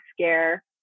scare